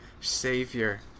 Savior